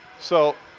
so,